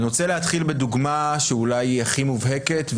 אני רוצה להתחיל בדוגמה שאולי היא הכי מובהקת,